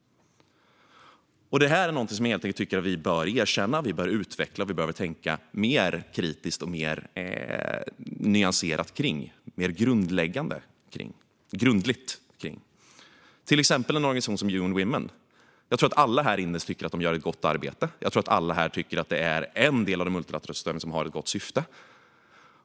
Det här är något som jag helt enkelt tycker att vi bör erkänna, utveckla och tänka mer kritiskt, nyanserat och grundligt kring. Ta till exempel en organisation som UN Women. Jag tror att alla här inne tycker att de gör ett gott arbete och att stödet till dem är en del av det multilaterala stödet som har ett gott syfte.